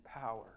power